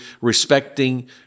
respecting